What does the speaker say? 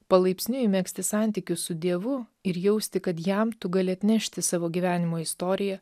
palaipsniui megzti santykius su dievu ir jausti kad jam tu gali atnešti savo gyvenimo istoriją